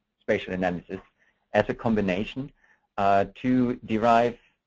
spatial analysis as a combination to derive